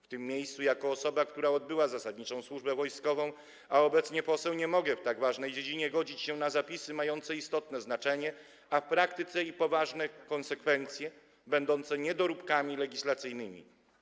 W tym miejscu, jako osoba, która odbyła zasadniczą służę wojskową, a obecnie jest posłem, nie mogę w tak ważnej dziedzinie godzić się na mające istotne znaczenie, a w praktyce i poważne konsekwencje zapisy będące niedoróbkami legislacyjnymi.